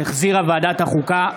שהחזירה ועדת החוקה,